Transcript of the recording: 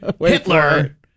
Hitler